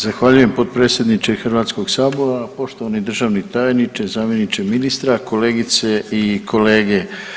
Zahvaljujem potpredsjedniče Hrvatskog sabora, poštovani državni tajniče, zamjeniče ministra, kolegice i kolege.